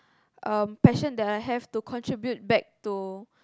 um passion that I have to contribute back to